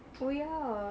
oh ya